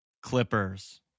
Clippers